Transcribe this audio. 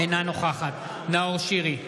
אינה נוכחת נאור שירי,